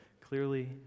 clearly